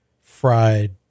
fried